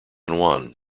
juan